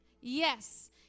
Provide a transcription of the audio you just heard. yes